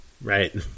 Right